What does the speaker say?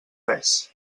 res